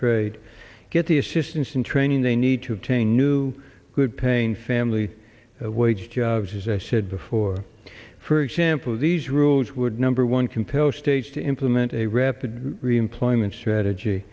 trade get the assistance and training they need to obtain new good paying family wage jobs as i said before for example these rules would number one compel states to implement a rapid reemployment strategy